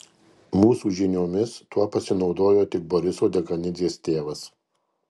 mūsų žiniomis tuo pasinaudojo tik boriso dekanidzės tėvas